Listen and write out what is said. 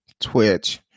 Twitch